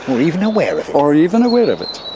or even aware of it? or even aware of it,